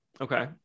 Okay